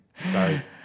Sorry